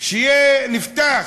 שיהיה, נפתח,